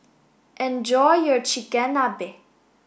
enjoy your Chigenabe